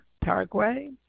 Paraguay